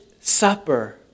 supper